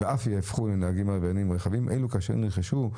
כאשר נרכשו,